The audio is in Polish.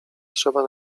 trzeba